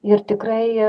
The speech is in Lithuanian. ir tikrai